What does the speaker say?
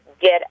get